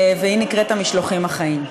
והיא נקראת המשלוחים החיים.